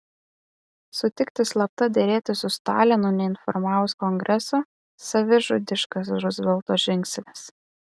sutikti slapta derėtis su stalinu neinformavus kongreso savižudiškas ruzvelto žingsnis